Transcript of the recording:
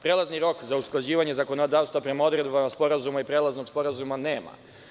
Prelazni rok za usklađivanje zakonodavstva prema odredbama sporazuma i prelaznog sporazuma nema.